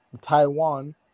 Taiwan